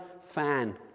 fan